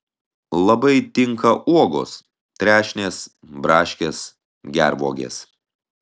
labai tinka uogos trešnės braškės gervuogės